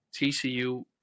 TCU